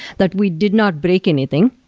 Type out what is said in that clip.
that we did not break anything.